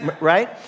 right